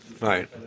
Right